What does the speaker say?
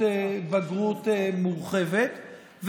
מורחבת,